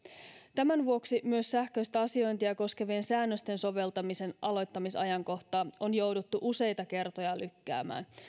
tämän vuoksi myös sähköistä asiointia koskevien säännösten soveltamisen aloittamisajankohtaa on jouduttu useita kertoja lykkäämään